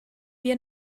wir